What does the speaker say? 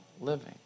living